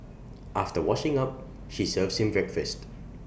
after washing up she serves him breakfast